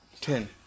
Ten